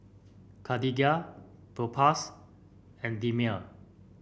Cartigain Propass and Dermale